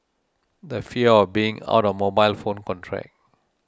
the fear of being out of mobile phone contact